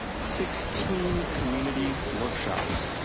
sixteen community workshops,